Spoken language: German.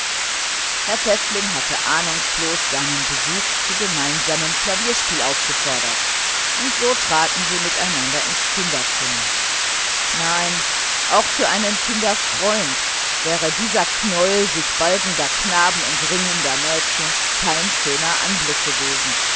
herr pfäffling hatte ahnungslos seinen besuch aufgefordert das klavier zu probieren und so traten sie miteinander ins musikzimmer nein auch für einen kinderfreund wäre dieser knäuel sich balgender knaben und ringender mädchen kein schöner anblick gewesen